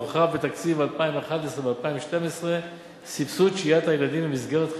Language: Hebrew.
הורחב בתקציב 2011 ו-2012 סבסוד שהיית הילדים במסגרות חינוכיות,